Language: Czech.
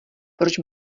proč